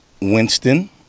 Winston